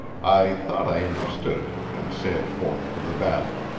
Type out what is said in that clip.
i thought i understood, and sallied forth for the battle.